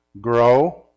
grow